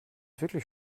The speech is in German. wirklich